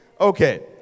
Okay